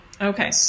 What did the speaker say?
Okay